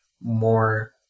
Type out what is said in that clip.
more